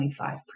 25%